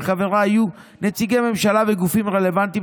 וחבריה יהיו נציגי ממשלה וגופים רלוונטיים,